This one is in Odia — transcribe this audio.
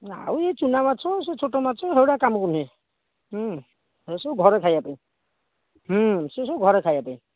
ଆଉ ଏ ଚୁନା ମାଛ ସେ ଛୋଟ ମାଛ ସେଗୁଡ଼ା କାମକୁ ନୁହେଁ ହୁଁ ଏସବୁ ଘରେ ଖାଇବା ପାଇଁ ହୁଁ ଏସବୁ ଘରେ ଖାଇବା ପାଇଁ